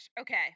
Okay